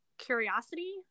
curiosity